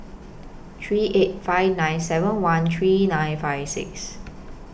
three eight five nine seven one three nine five six